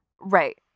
right